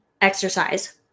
exercise